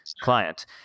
client